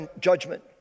judgment